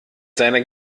seiner